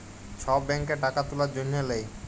ছব ব্যাংকে টাকা তুলার জ্যনহে লেই